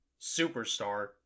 Superstar